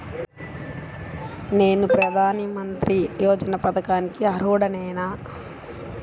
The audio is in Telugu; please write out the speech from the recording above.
నేను ప్రధాని మంత్రి యోజన పథకానికి అర్హుడ నేన?